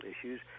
issues